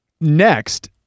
Next